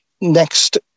next